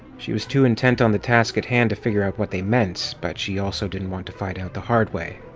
she was too intent on the task at hand to figure out what they meant, but she also didn't want to find out the hard way.